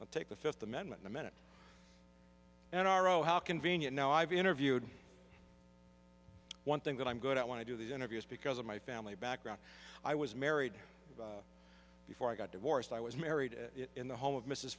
office take the fifth amendment in a minute and are oh how convenient now i've interviewed one thing that i'm good i want to do the interviews because of my family background i was married before i got divorced i was married in the home of mrs